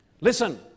Listen